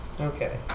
Okay